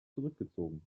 zurückgezogen